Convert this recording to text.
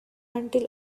until